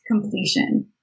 completion